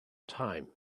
time